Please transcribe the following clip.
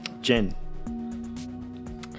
Jen